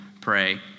pray